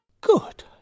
Good